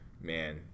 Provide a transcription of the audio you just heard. Man